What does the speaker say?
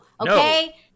Okay